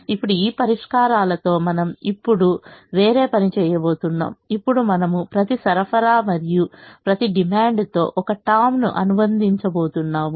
ఇప్పుడు ఈ పరిష్కారాలతో మనం ఇప్పుడు వేరే పని చేయబోతున్నాం ఇప్పుడు మనము ప్రతి సరఫరా మరియు ప్రతి డిమాండ్తో ఒక టామ్ను అనుబంధించబోతున్నాము